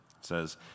says